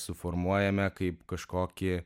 suformuojame kaip kažkokį